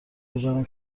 بزنم